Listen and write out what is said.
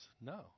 no